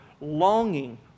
longing